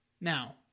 Now